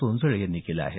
सोनसळे यांनी केलं आहे